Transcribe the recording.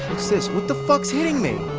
this? what the fuck's hitting me?